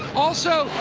also,